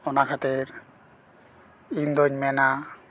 ᱚᱱᱟ ᱠᱷᱟᱹᱛᱤᱨ ᱤᱧ ᱫᱚᱹᱧ ᱢᱮᱱᱟ